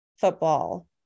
football